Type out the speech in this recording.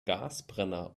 gasbrenner